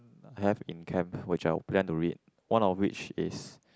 I have in camp which I would plan to read one of which is